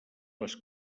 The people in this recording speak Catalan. les